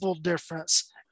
difference